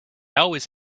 always